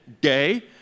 day